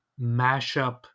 mashup